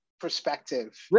perspective